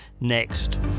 next